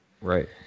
Right